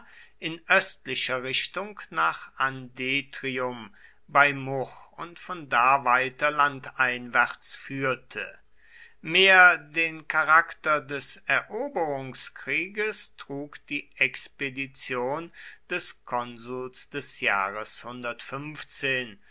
in östlicher richtung nach andetrium bei much und von da weiter landeinwärts führte mehr den charakter des eroberungskrieges trug die expedition des konsuls des jahres